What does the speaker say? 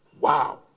Wow